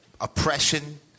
oppression